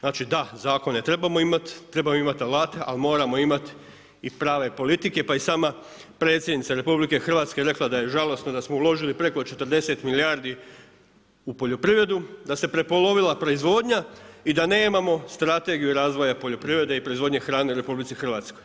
Znači da, zakone trebamo imati, trebamo imati alate, ali moramo i prave politike pa i sama Predsjednica RH je rekla da joj je žalosno da smo uložili preko 40 milijardi u poljoprivredu, da se prepolovila proizvodnja i da nemamo strategiju razvoja poljoprivrede i proizvodnje hrane u RH.